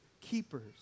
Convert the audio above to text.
keepers